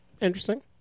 Interesting